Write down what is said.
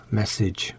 message